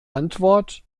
antwort